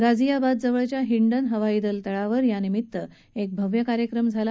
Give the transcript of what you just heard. गाझीयाबाद जवळच्या हिंडन हवाईदल तळावर यानिमित एक भव्य कार्यक्रम झाला